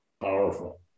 Powerful